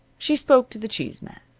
she spoke to the cheese man.